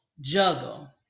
juggle